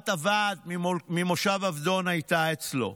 חברת הוועד ממושב עבדון, הייתה אצלו,